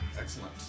excellent